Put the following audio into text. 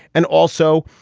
and also,